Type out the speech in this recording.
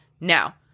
Now